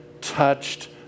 touched